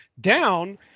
down